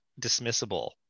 dismissible